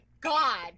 God